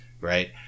right